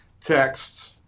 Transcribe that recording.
texts